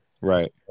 Right